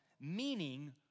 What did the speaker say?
meaning